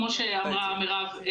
כמו שאמרה מירב,